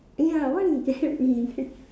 ya what is that means